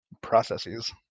processes